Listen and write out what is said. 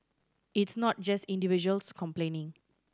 it's not just individuals complaining